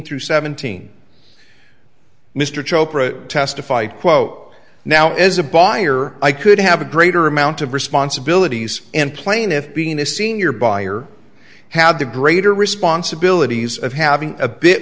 through seventeen mr chopra testified quote now as a buyer i could have a greater amount of responsibilities and plaintiffs being a senior buyer had the greater responsibilities of having a bit